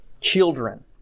children